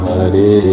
Hare